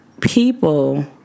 people